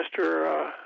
Mr